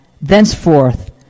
thenceforth